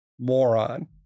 moron